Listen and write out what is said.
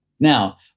Now